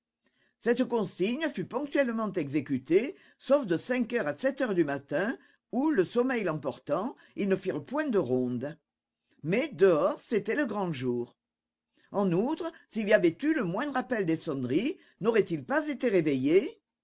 cette consigne fut ponctuellement exécutée sauf de cinq heures à sept heures du matin où le sommeil l'emportant ils ne firent point de ronde mais dehors c'était le grand jour en outre s'il y avait eu le moindre appel des sonneries n'auraient-ils pas été réveillés